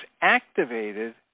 activated